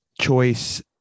choice